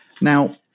Now